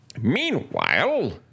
Meanwhile